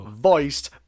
voiced